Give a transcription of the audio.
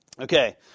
Okay